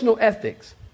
ethics